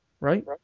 Right